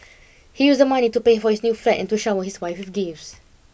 he used the money to pay for his new flat and to shower his wife with gifts